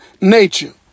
nature